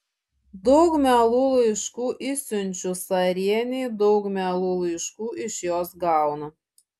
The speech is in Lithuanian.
daug mielų laiškų išsiunčiu carienei daug mielų laiškų iš jos gaunu